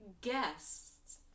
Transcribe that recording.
guests